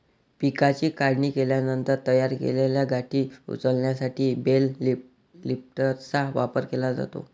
पिकाची काढणी केल्यानंतर तयार केलेल्या गाठी उचलण्यासाठी बेल लिफ्टरचा वापर केला जातो